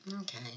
Okay